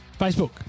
Facebook